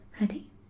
Ready